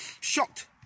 shocked